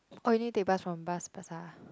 oh you need take bus from Bras-Basah